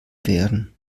werden